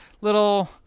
little